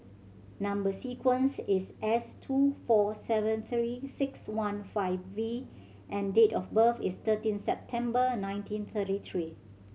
number sequence is S two four seven Three Six One five V and date of birth is thirteen September nineteen thirty three